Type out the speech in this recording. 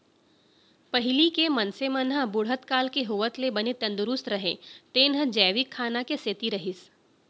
पहिली के मनसे मन ह बुढ़त काल के होवत ले बने तंदरूस्त रहें तेन ह जैविक खाना के सेती रहिस